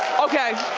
okay.